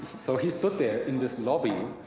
so he stood there in this lobby.